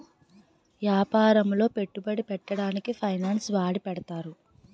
యాపారములో పెట్టుబడి పెట్టడానికి ఫైనాన్స్ వాడి పెడతారు